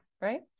right